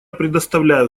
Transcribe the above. предоставляю